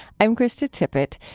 i'm krista tippett.